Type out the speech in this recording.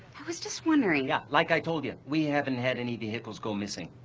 i was just wondering ah, like i told you we haven't had any vehicles go missing,